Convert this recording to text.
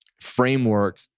framework